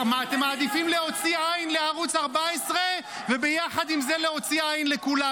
אתם מעדיפים להוציא עין לערוץ 14 וביחד עם זה להוציא עין לכולם,